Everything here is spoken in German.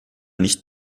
nicht